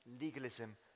legalism